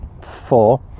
four